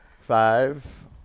Five